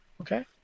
Okay